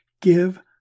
give